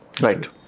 Right